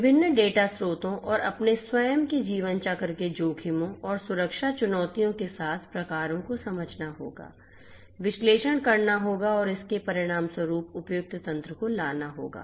विभिन्न डेटा स्रोतों और अपने स्वयं के जीवन चक्र के जोखिमों और सुरक्षा चुनौतियों के साथ प्रकारों को समझना होगा विश्लेषण करना होगा और इसके परिणामस्वरूप उपयुक्त तंत्र को लाना होगा